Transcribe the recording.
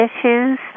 issues